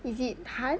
is it hard